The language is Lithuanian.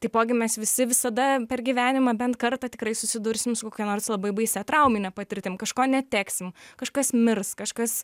taipogi mes visi visada per gyvenimą bent kartą tikrai susidursim su kokia nors labai baisia traumine patirtim kažko neteksim kažkas mirs kažkas